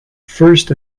first